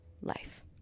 life